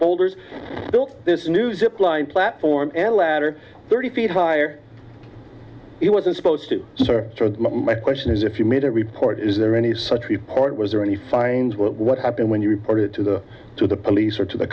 boulders built this new zip line platform and ladder thirty feet higher it wasn't supposed to sir my question is if you made a report is there any such report was there any fines were what happened when you reported to the to the police or to the